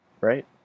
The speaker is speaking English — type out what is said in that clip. Right